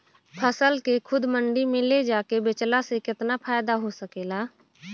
फसल के खुद मंडी में ले जाके बेचला से कितना फायदा हो सकेला?